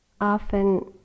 Often